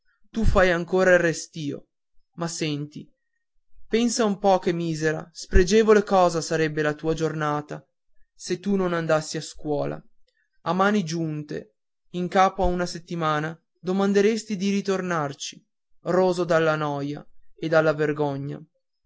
tu fai ancora il restìo ma senti pensa un po che misera spregevole cosa sarebbe la tua giornata se tu non andassi a scuola a mani giunte a capo a una settimana domanderesti di ritornarci roso dalla noia e dalla vergogna